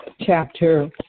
chapter